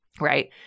Right